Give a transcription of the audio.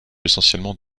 essentiellement